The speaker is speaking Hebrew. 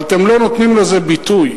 אבל אתם לא נותנים לזה ביטוי,